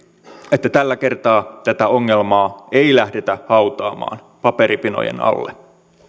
että tällä kertaa tätä ongelmaa ei lähdetä hautaamaan paperipinojen alle